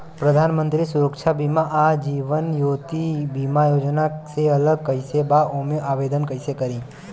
प्रधानमंत्री सुरक्षा बीमा आ जीवन ज्योति बीमा योजना से अलग कईसे बा ओमे आवदेन कईसे करी?